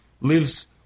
lives